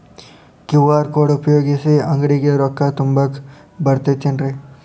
QR code ಉಪಯೋಗಿಸಿ, ಅಂಗಡಿಗೆ ರೊಕ್ಕಾ ತುಂಬಾಕ್ ಬರತೈತೇನ್ರೇ?